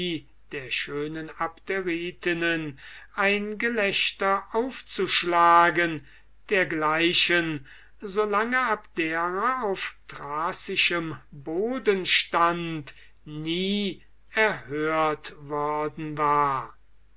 der schönen abderitinnen ein gelächter aufzuschlagen dergleichen so lang abdera auf thracischem boden stund nie erhört worden war